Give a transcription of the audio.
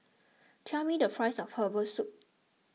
tell me the price of Herbal Soup